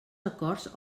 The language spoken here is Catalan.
acords